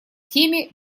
теме